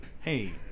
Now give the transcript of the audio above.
Hey